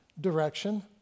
direction